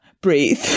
breathe